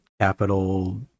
capital